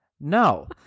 No